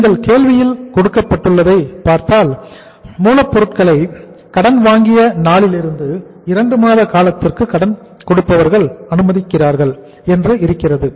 நீங்கள் கேள்வியில் கொடுக்கப்பட்டுள்ளதை பார்த்தால் மூலப்பொருட்களை கடன் வழங்கிய நாளிலிருந்து இரண்டு மாத காலத்திற்கு கடன் கொடுப்பவர்கள் அனுமதிக்கிறார்கள் என்று இருக்கிறது